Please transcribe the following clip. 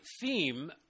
theme